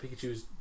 Pikachu's